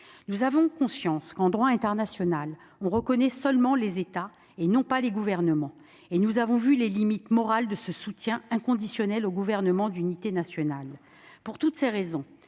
Nous avons conscience que le droit international ne reconnaît que les États, et non les gouvernements, et nous avons vu les limites morales de ce soutien inconditionnel au Gouvernement d'unité nationale. Pour toutes ces raisons,